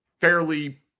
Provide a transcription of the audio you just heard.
fairly